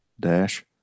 Dash